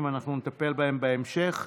אנחנו נטפל בהן בהמשך.